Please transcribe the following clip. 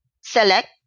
select